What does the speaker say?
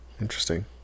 Interesting